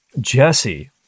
Jesse